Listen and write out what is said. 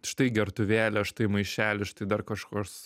štai gertuvėlė štai maišelis štai dar kažkoks